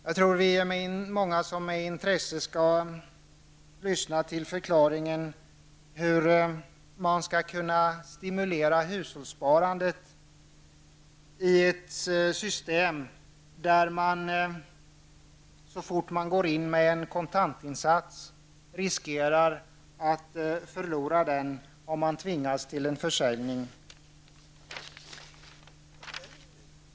Vi är många som med intresse kommer att lyssna till förklaringen till hur man skall kunna stimulera hushållssparandet i ett system där man så fort man går in med en kontantinsats riskerar att förlora den om man tvingas till en försäljning.